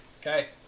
Okay